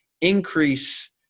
increase